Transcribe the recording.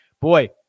boy